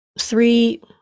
Three